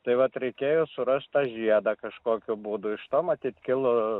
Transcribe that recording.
tai vat reikėjo surast tą žiedą kažkokiu būdu iš to matyt kilo